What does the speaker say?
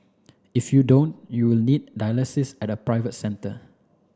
if you don't you will need dialysis at a private centre